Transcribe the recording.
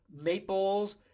Maples